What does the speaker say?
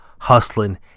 hustling